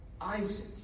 Isaac